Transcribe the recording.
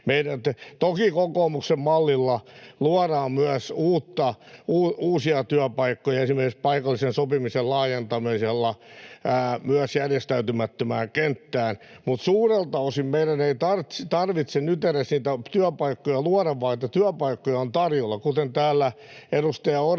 Toki kokoomuksen mallilla luodaan uusia työpaikkoja esimerkiksi paikallisen sopimisen laajentamisella myös järjestäytymättömään kenttään, mutta suurelta osin meidän ei tarvitse nyt niitä työpaikkoja edes luoda, vaan niitä työpaikkoja on tarjolla. Kuten täällä edustaja Orpo